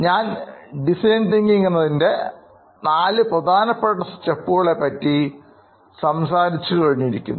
ഞാൻ ഡിസൈൻതിങ്കിംഗ് എന്നതിൻറെ നാല് പ്രധാനപ്പെട്ട സ്റ്റെപ്പുകളെ പറ്റി സംസാരിച്ചു കഴിഞ്ഞിരിക്കുന്നു